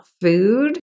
food